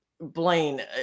Blaine